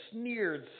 sneered